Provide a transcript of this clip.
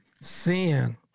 sin